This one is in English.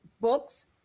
books